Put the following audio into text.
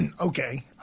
okay